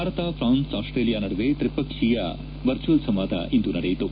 Bharat France Australia ನಡುವೆ ತ್ರಿಪಕ್ಷೀಯ virtual ಸಂವಾದ ಇಂದು ನಡೆಯಿತು